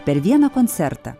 per vieną koncertą